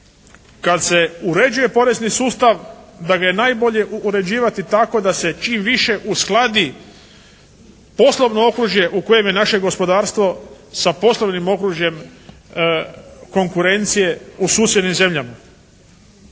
kad se uređuje porezni sustav, da ga je najbolje uređivati tako da se čim više uskladi poslovno okružje u kojem je naše gospodarstvo sa poslovnim okružjem konkurencije u susjednim zemljama.